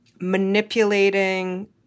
manipulating